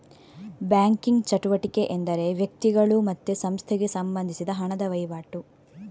banking ಚಟುವಟಿಕೆ ಎಂದರೆ ವ್ಯಕ್ತಿಗಳು ಮತ್ತೆ ಸಂಸ್ಥೆಗೆ ಸಂಬಂಧಿಸಿದ ಹಣದ ವೈವಾಟು